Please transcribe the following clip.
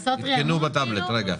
הבטחת